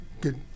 good